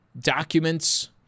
documents